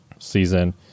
season